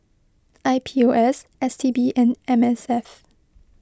I P O S S T B and M S F